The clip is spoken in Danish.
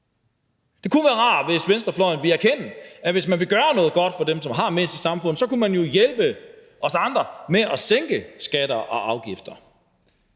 Det kunne være rart, hvis venstrefløjen ville erkende, at hvis man vil gøre noget godt for dem, som har mindst, i samfundet, så kunne man jo hjælpe os andre med at sænke skatter og afgifter,